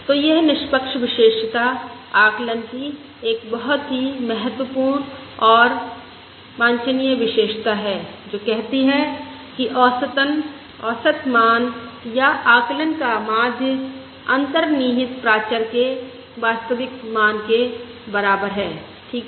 तो यह निष्पक्ष विशेषता आकलन की एक बहुत ही महत्वपूर्ण और वांछनीय विशेषता है जो कहती है कि औसतन औसत मान या आकलन का माध्य अंतर्निहित प्राचर के वास्तविक मान के बराबर है ठीक है